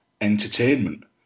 entertainment